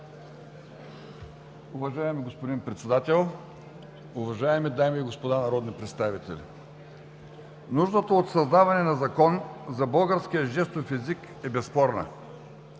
Уважаеми господин Председател, уважаеми дами и господа народни представители! Нуждата от създаване на Закон за българския жестов език е безспорна.